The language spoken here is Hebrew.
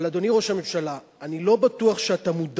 אבל, אדוני ראש הממשלה, אני לא בטוח שאתה מודע